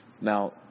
now